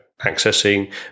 accessing